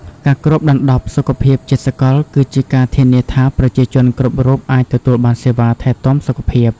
ការគ្របដណ្ដប់សុខភាពជាសកលគឺជាការធានាថាប្រជាជនគ្រប់រូបអាចទទួលបានសេវាថែទាំសុខភាព។